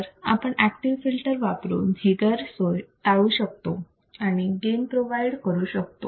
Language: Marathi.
तर आपण ऍक्टिव्ह फिल्टर वापरून ही गैरसोय टाळू शकतो आणि गेन प्रोव्हाइड करू शकतो